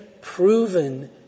proven